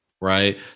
right